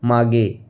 मागे